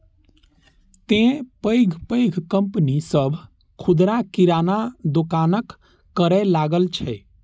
तें पैघ पैघ कंपनी सभ खुदरा किराना दोकानक करै लागल छै